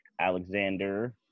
Alexander